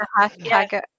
Hashtag